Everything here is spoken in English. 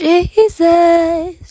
Jesus